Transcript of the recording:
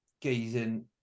gazing